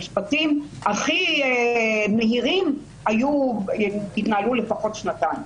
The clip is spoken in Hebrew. המשפטים הכי מהירים התנהלו לפחות שנתיים,